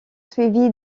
suivi